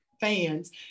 fans